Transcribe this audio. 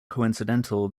coincidental